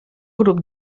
grup